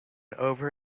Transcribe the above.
over